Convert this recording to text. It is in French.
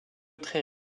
très